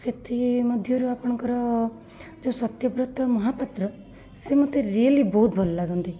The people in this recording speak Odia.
ସେଥିମଧ୍ୟରୁ ଆପଣଙ୍କର ଯେଉଁ ସତ୍ୟବ୍ରତ ମହାପାତ୍ର ସେ ମୋତେ ରିଏଲି ବହୁତ ଭଲ ଲାଗନ୍ତି